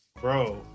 Bro